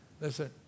Listen